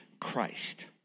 Christ